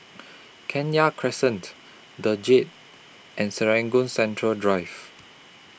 Kenya Crescent The Jade and Serangoon Central Drive